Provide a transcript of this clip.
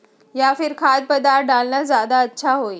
या फिर खाद्य पदार्थ डालना ज्यादा अच्छा होई?